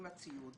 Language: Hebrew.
הציוד.